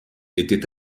était